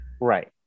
Right